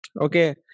Okay